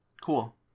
Cool